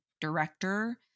director